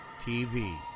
TV